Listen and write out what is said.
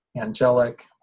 angelic